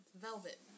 Velvet